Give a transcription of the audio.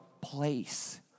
place